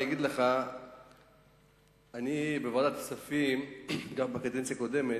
אני הייתי בוועדת הכספים גם בקדנציה הקודמת,